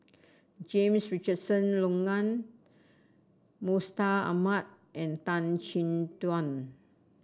James Richardson Logan Mustaq Ahmad and Tan Chin Tuan